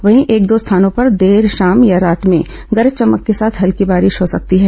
वहीं एक दो स्थानों पर देर शाम या रात में गरज चमक के साथ हल्की बारिश हो सकती है